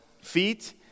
feet